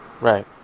Right